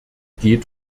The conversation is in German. geht